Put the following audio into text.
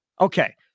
Okay